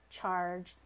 charge